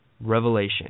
Revelation